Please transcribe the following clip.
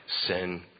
sin